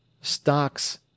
Stocks